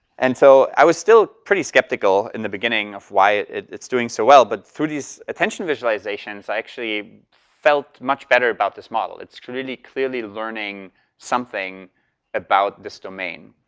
and so, i was still pretty skeptical in the beginning of why it's doing so well. but through these attention visualizations, i actually felt much better about this model. it's really clearly learning something about this domain.